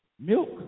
Milk